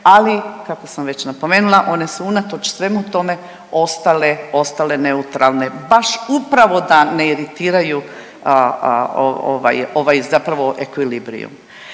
ali kako sam već napomenula, one su unatoč svemu tome ostale neutralne, baš upravo da ne iritiraju ovaj, zapravo ekvilibrijum.